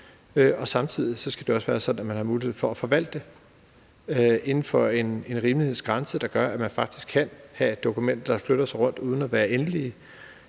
og samtidig skal det også være sådan, at man har mulighed for at forvalte inden for en rimelig grænse, der gør, at man faktisk kan have dokumenter, der flyttes rundt uden at være endelige,